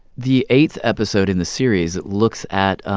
the eighth episode in the series looks at